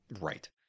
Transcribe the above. Right